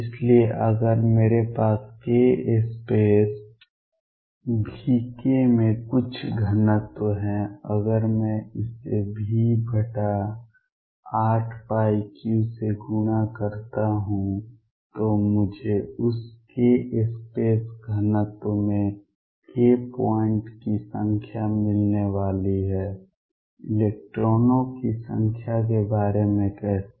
इसलिए अगर मेरे पास k स्पेस Vk में कुछ घनत्व है अगर मैं इसे V83 से गुणा करता हूं तो मुझे उस k स्पेस घनत्व में k पॉइंट्स की संख्या मिलने वाली है इलेक्ट्रॉनों की संख्या के बारे में कैसे